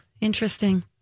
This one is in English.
Interesting